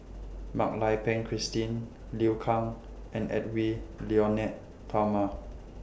Mak Lai Peng Christine Liu Kang and Edwy Lyonet Talma